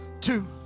two